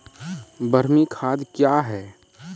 बरमी खाद कया हैं?